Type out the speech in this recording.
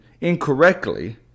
incorrectly